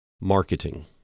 marketing